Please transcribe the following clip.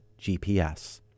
GPS